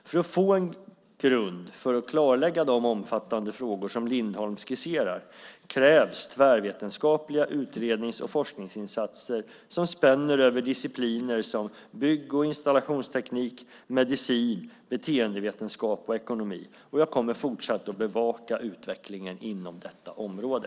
För att få en grund för att klarlägga de omfattande frågor som Lindholm skisserar krävs tvärvetenskapliga utrednings och forskningsinsatser som spänner över discipliner som bygg och installationsteknik, medicin, beteendevetenskap och ekonomi. Jag kommer fortsatt att bevaka utvecklingen inom detta område.